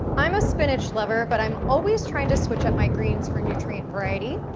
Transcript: i'm a spinach lover, but i'm always trying to switch up my greens for nutrient variety,